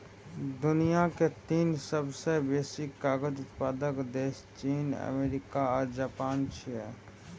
दुनिया के तीन सबसं बेसी कागज उत्पादक देश चीन, अमेरिका आ जापान छियै